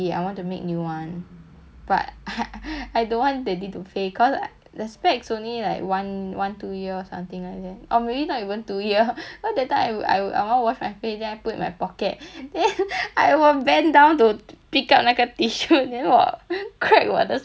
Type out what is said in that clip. but I don't want daddy to 费 cause I the specs only like one one two year something like that or maybe not even two year that time I I wanna wash my face then I put in my pocket then I 我 bend down to pick up 那个 tissue then 我 crack 我的 spectacle in my pocket